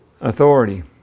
authority